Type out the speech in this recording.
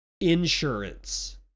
insurance